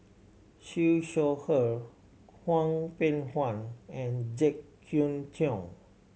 Siew Shaw Her Hwang Peng Yuan and Jek Yeun Thong